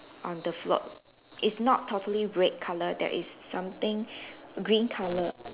on the float it's not totally red colour there is something green colour